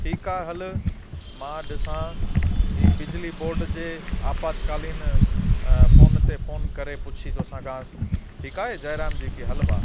ठीकु आहे हलु मां ॾिसां हीअ बिजली बॉर्ड जे आपातकालीन फ़ोन ते फ़ोन करे पुछी थो सघांसि ठीकु आहे जय राम जी की हलु भाउ